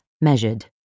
measured